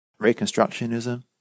Reconstructionism